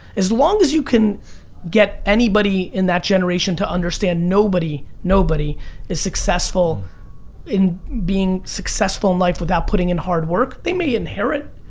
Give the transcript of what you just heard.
as long as you can get anybody in that generation to understand nobody nobody is successful in being successful in life without putting in hard work, they may inherit.